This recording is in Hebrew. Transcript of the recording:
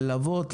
ללוות,